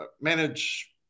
manage